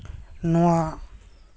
ᱱᱚᱣᱟ